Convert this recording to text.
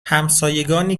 همسایگانی